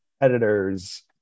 editors